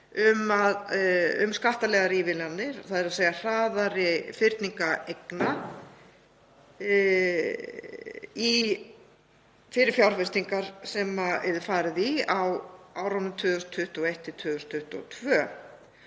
um skattalegar ívilnanir, þ.e. hraðari fyrningar eigna fyrir fjárfestingar sem yrði farið í á árunum 2021–2022.